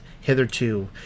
hitherto